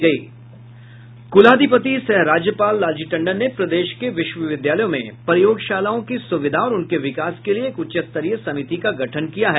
कुलाधिपति सह राज्यपाल लालजी टंडन ने प्रदेश के विश्वविद्यालयों में प्रयोगशालाओं की सुविधा और उनके विकास के लिए एक उच्चस्तरीय समिति का गठन किया है